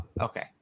okay